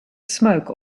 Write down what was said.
smoke